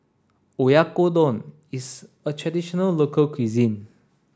Oyakodon is a traditional local cuisine